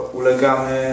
ulegamy